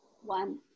One